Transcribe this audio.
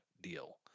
deal